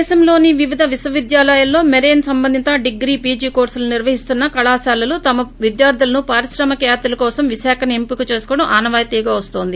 దేశంలోని వివిధ విశ్వవిద్యాల్లో మెరైన్ సంబంధిత డిగ్రీ పిజీ కోర్చులను నిర్వహిస్తున్న కళాశాలలు తమ విద్యార్ధులను పారిశ్రామిక యాత్రలకోసం విశాఖనే ఎంపీక చేసుకోవడం ఆనవాయితీగా వస్తోంది